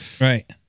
Right